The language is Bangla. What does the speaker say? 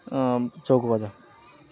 চৌকো গজা